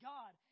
God